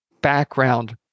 background